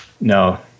No